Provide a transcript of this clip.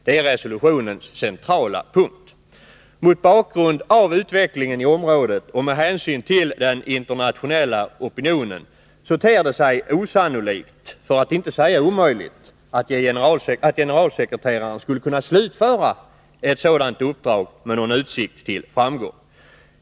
Detta är resolutionens centrala punkt. Mot bakgrund av utvecklingen i området och med hänsyn till den internationella opinionen ter det sig osannolikt, för att inte säga omöjligt, att generalsekreteraren skulle kunna slutföra ett sådant uppdrag med någon utsikt till framgång.